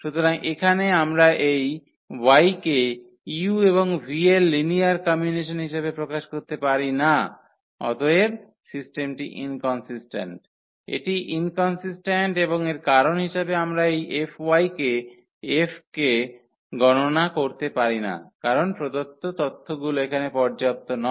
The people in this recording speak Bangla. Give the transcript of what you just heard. সুতরাং এখানে আমরা এই y কে u এবং v এর লিনিয়ার কম্বিনেশন হিসাবে প্রকাশ করতে পারি না অতএব সিস্টেমটি ইনকনসিস্ট্যান্ট এটি ইনকনসিস্ট্যান্ট এবং এর কারণ হিসাবে আমরা এই 𝐹 এর F কে গণনা করতে পারি না কারণ প্রদত্ত তথ্যগুলো এখানে পর্যাপ্ত নয়